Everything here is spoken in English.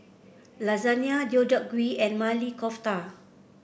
Lasagna Deodeok Gui and Maili Kofta